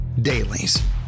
Dailies